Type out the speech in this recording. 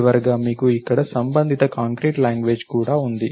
చివరగా మీకు ఇక్కడ సంబంధిత కాంక్రీట్ లాంగ్వేజ్ కూడా ఉంది